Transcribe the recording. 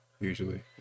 usually